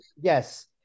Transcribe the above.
Yes